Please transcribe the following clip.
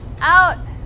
Out